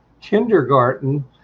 kindergarten